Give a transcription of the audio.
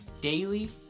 daily